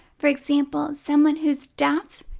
for example, someone who's deaf,